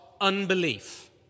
unbelief